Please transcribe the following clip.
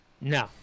no